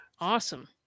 Awesome